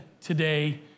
today